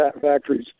factories